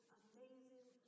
amazing